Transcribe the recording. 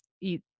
eat